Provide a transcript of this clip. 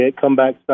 comeback